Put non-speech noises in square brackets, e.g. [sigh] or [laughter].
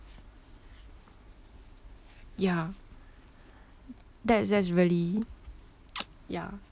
ya that's that's really [noise] ya